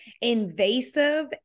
invasive